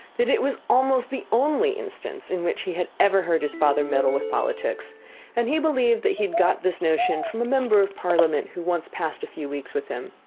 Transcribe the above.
that it was almost the only instance in which he had ever heard his father meddle with politics and he believed that he had got this notion from a member of parliament who once passed a few weeks with him.